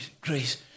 grace